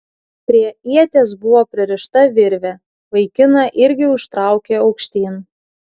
prie ieties buvo pririšta virvė vaikiną irgi užtraukė aukštyn